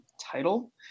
title